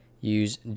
use